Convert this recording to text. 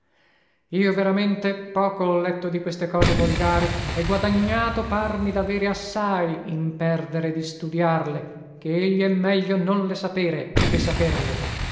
io veramente poco ho letto di queste cose volgari e guadagnato parmi davere assai in perdere di studiarle che egli è meglio non le sapere che saperle